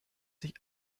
sich